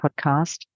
podcast